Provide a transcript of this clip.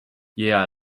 yeah